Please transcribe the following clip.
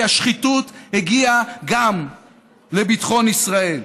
כי השחיתות הגיעה גם לביטחון ישראל.